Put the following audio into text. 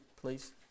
please